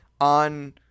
on